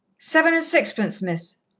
seven and sixpence, miss.